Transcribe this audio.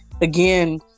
again